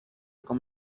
com